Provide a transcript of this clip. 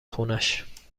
خونش